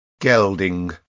gelding